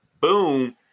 Boom